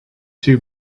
too